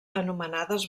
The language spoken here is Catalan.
anomenades